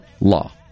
law